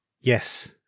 Yes